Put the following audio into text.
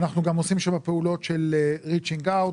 אנחנו גם עושים שם פעולות של ריצ'ינג אאוט,